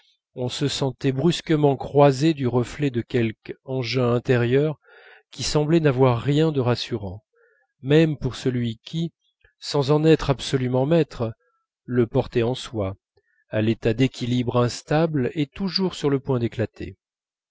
on se sentait brusquement croisé du reflet de quelque engin intérieur qui semblait n'avoir rien de rassurant même pour celui qui sans en être absolument maître le porterait en soi à l'état d'équilibre instable et toujours sur le point d'éclater